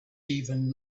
even